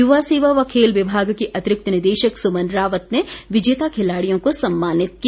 युवा सेवा व खेल विभाग की अतिरिक्त निदेशक सुमन रावत ने विजेता खिलाड़ियों को सम्मानित किया